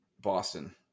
Boston